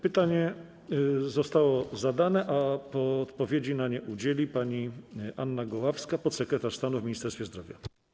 Pytanie zostało zadane, a odpowiedzi na nie udzieli pani Anna Goławska, podsekretarz stanu w Ministerstwie Zdrowia.